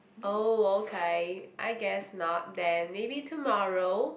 oh okay I guess not then maybe tomorrow